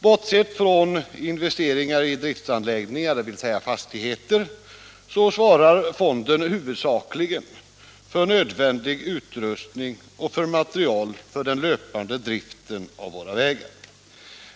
Bortsett från investeringar i driftsanläggningar, dvs. fastigheter, svarar fonden huvudsakligen för nödvändig utrustning och material till den löpande driften av våra vägar.